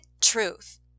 truth